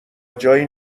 جایی